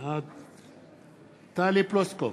בעד טלי פלוסקוב,